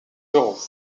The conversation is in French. euros